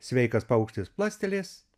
sveikas paukštis plastelės